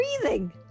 breathing